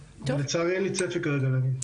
לצערי אין לי צפי כרגע להגיד.